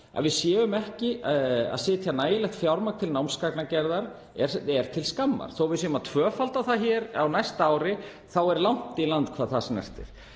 að við séum ekki að setja nægilegt fjármagn í námsgagnagerð. Þótt við séum að tvöfalda það hér á næsta ári er langt í land hvað það snertir.